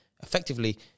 effectively